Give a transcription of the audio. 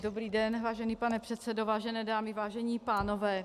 Dobrý den, vážený pane předsedo, vážené dámy, vážení pánové.